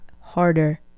harder